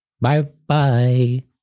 Bye-bye